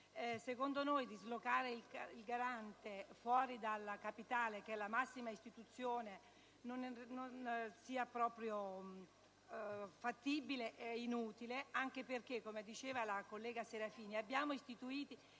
Secondo noi dislocare il Garante fuori dalla capitale, che è la massima istituzione, non è proprio fattibile ed è inutile, anche perché, come diceva la collega Serafini, abbiamo istituito